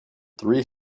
three